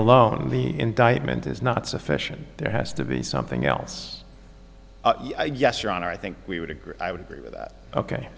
alone the indictment is not sufficient there has to be something else yes your honor i think we would agree i would agree with that ok